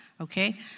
Okay